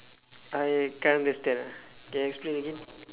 I can't understand ah can explain again